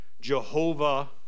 jehovah